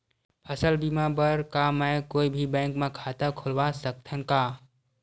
फसल बीमा बर का मैं कोई भी बैंक म खाता खोलवा सकथन का?